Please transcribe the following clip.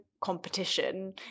competition